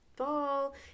ball